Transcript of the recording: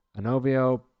Anovio